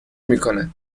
میکنه